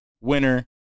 winner